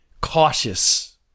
cautious